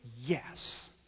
Yes